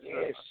yes